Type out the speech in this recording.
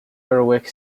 berwick